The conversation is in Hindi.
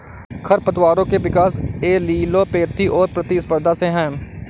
खरपतवारों के विकास एलीलोपैथी और प्रतिस्पर्धा से है